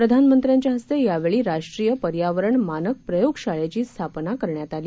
प्रधानमंत्र्यांच्या हस्ते यावेळी राष्ट्रीय पर्यावरण मानक प्रयोगशाळेची स्थापन करण्यात आली